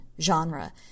genre